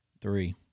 Three